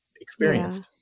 experienced